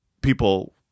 people